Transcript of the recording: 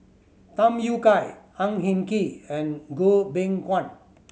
Tham Yui Kai Ang Hin Kee and Goh Beng Kwan